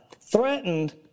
threatened